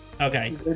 Okay